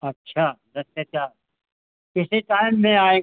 अच्छा दस से चार किसी टाइम में आएंगे हम